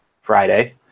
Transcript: Friday